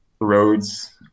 roads